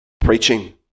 preaching